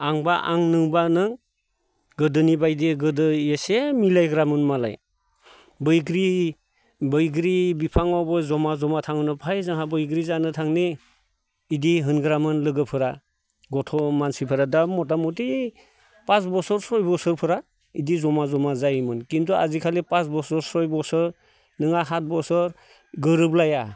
आंबा आं नोंबा नों गोदोनि बायदि गोदो इसे मिलायग्रामोन मालाय बैग्रि बिफांआवबो जमा जमा थांनो फै जोंहा बैग्रि जानो थांनि बिदि होनग्रामोन लोगोफोरा गथ' मानसिफोरा दा मतामति पास बसर सय बोसोरफोरा बिदि जमा जमा जायोमोन किन्तु आजिखालि पास बोसोर सय बोसोर नोंहा सात बोसोर गोरोबलाया